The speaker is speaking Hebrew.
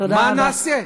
מה נעשה?